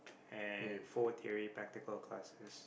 and four theory practical classes